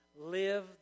live